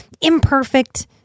imperfect